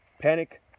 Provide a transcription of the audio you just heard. panic